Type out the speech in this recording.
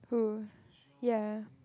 who yeah